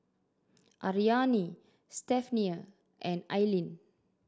Ariane Stephania and Aileen